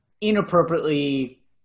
inappropriately